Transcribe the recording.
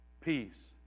peace